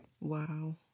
Wow